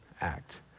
act